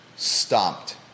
stomped